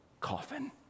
coffin